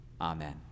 amen